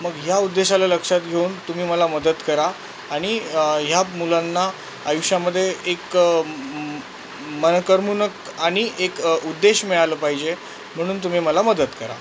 मग ह्या उद्देशाला लक्षात घेऊन तुम्ही मला मदत करा आणि ह्या मुलांना आयुष्यामध्ये एक मन करमणूक आणि एक उद्देश मिळालं पाहिजे म्हणून तुम्ही मला मदत करा